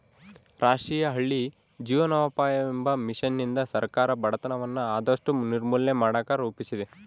ರಾಷ್ಟ್ರೀಯ ಹಳ್ಳಿ ಜೀವನೋಪಾಯವೆಂಬ ಮಿಷನ್ನಿಂದ ಸರ್ಕಾರ ಬಡತನವನ್ನ ಆದಷ್ಟು ನಿರ್ಮೂಲನೆ ಮಾಡಕ ರೂಪಿಸಿದೆ